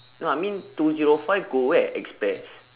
no I mean two zero five go where express